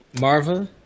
Marva